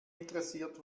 interessiert